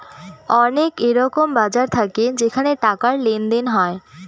অনেক এরকম বাজার থাকে যেখানে টাকার লেনদেন হয়